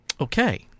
Okay